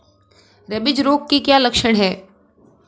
Rabies रोग के क्या लक्षण है?